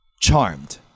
charmed